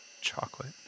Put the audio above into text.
chocolate